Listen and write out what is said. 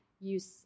use